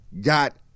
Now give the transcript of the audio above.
got